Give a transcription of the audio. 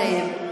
נסיים.